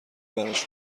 براش